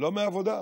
לא מעבודה.